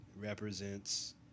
represents